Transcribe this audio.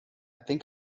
think